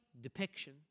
depiction